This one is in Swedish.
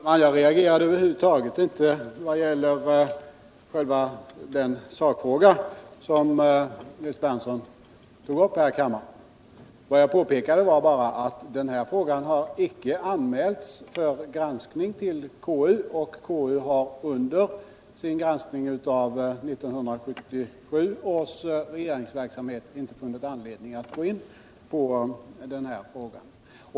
Herr talman! Jag reagerade över huvud taget inte i den extra sakfråga som Nils Berndtson tog upp här i kammaren. Vad jag påpekade var bara att denna fråga icke har anmälts till granskning för KU och att KU under sin genomgång av 1977 års regeringsverksamhet inte funnit anledning att gå in på den.